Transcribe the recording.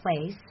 place